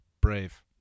brave